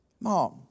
Mom